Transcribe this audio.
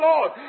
Lord